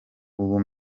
ubu